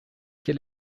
quel